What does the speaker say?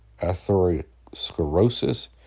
atherosclerosis